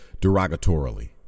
derogatorily